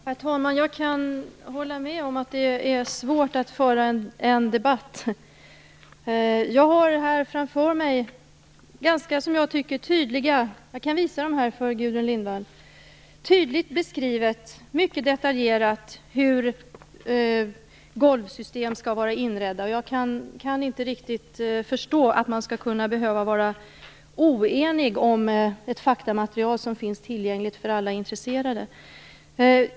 Herr talman! Jag kan hålla med om att det är svårt att föra en debatt. Jag har här framför mig, som jag kan visa Gudrun Lindvall, ganska tydligt och mycket detaljerat beskrivet hur golvsystem skall vara inredda. Jag kan inte riktigt förstå att man skall behöva vara oenig om ett faktamaterial som finns tillgängligt för alla intresserade.